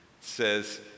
says